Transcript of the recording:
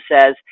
says